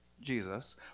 Jesus